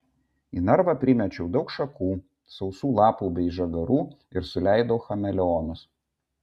į narvą primečiau daug šakų sausų lapų bei žagarų ir suleidau chameleonus